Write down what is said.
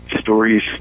stories